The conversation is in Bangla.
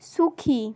সুখী